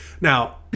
Now